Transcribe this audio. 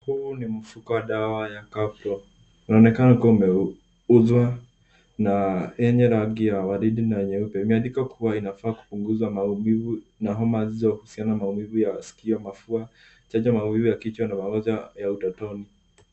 Huu ni mfuko wa dawa ya Calpol. Unaonekana ukiwa umeuzwa na yenye rangi ya waridi na nyeupe. Imeandikwa kuwa inafaa kupunguza maumivu na homa zinazohusiana na maumivu ya skio, mafua, yakitaja maumivu ya kichwa na mawazo ya utotoni.